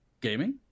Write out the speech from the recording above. gaming